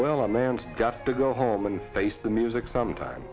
well a man's got to go home and face the music sometime